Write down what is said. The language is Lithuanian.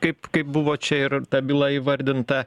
kaip kaip buvo čia ir ta byla įvardinta